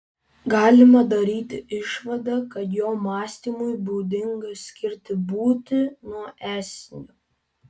galima daryti išvadą kad jo mąstymui būdinga skirti būtį nuo esinio